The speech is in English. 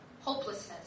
Hopelessness